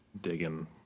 digging